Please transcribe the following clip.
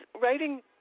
writing